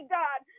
god